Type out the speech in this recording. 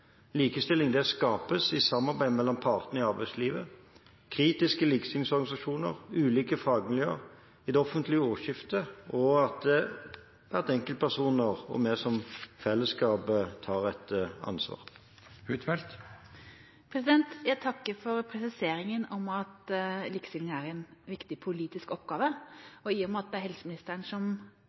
Likestilling skapes i et samarbeid mellom partene i arbeidslivet, kritiske likestillingsorganisasjoner, ulike fagmiljøer, i det offentlige ordskiftet og ved at enkeltpersoner og vi som fellesskap tar ansvar. Jeg takker for presiseringen av at likestilling er en viktig politisk oppgave. I og med at det er helseministeren som